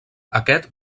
aquest